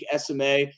SMA